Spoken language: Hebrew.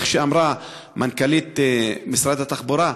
איך שאמרה מנכ"לית משרד התחבורה,